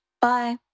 Bye